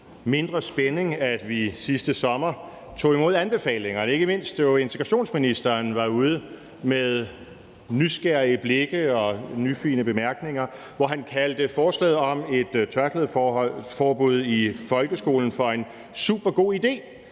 mindre spænding, at vi sidste sommer tog imod anbefalingerne, ikke mindst. Det var integrationsministeren, der var ude med nysgerrige blikke og nyfigne bemærkninger, hvor han kaldte forslaget om et tørklædeforbud i folkeskolen for en supergod idé,